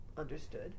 understood